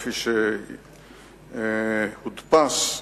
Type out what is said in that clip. כפי שהודפס,